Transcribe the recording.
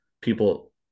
people